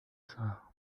ساعة